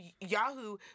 Yahoo